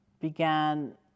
began